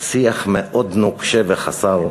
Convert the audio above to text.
שיח מאוד נוקשה וחסר חמלה.